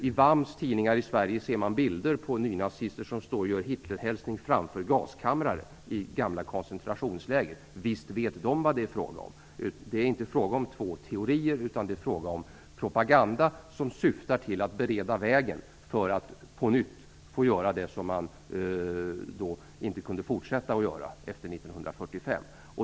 I VAM:s tidningar i Sverige ser man bilder på nynazister som står och gör Hitlerhälsning framför gaskamrar i gamla koncentrationsläger. Visst vet de vad det är frågan om! Det är inte frågan om två teorier, utan om propaganda som syftar till att bereda vägen för att på nytt få göra det som man inte kunde fortsätta med efter 1945.